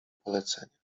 polecenie